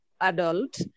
adult